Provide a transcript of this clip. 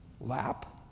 lap